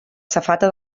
safata